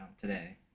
today